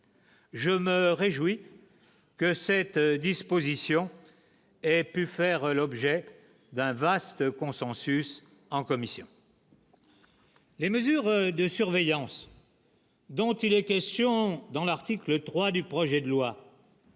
Je me réjouis que cette disposition ait pu faire l'objet d'un vaste consensus en commission. Les mesures de surveillance dont il est question dans l'article 3 du projet de loi.